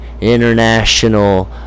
international